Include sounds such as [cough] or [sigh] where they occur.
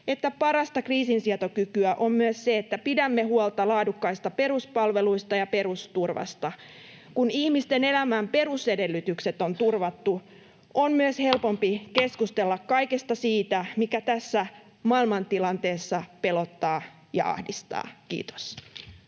parasta kriisinsietokykyä on myös se, että pidämme huolta laadukkaista peruspalveluista ja perusturvasta. Kun ihmisten elämän perusedellytykset on turvattu, on myös helpompi [noise] keskustella kaikesta siitä, mikä tässä maailmantilanteessa pelottaa ja ahdistaa. — Kiitos.